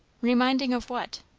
reminding of what?